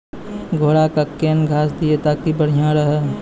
घोड़ा का केन घास दिए ताकि बढ़िया रहा?